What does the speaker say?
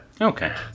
Okay